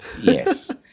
Yes